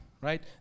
right